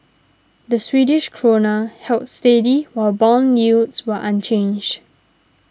the Swedish Krona held steady while bond yields were unchanged